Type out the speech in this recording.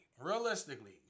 realistically